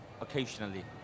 occasionally